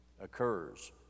occurs